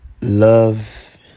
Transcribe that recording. love